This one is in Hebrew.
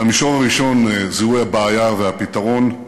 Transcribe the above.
במישור הראשון, זיהוי הבעיה והפתרון,